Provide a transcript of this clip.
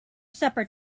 supper